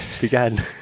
began